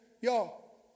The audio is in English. Y'all